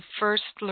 first